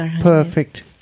perfect